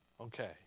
Okay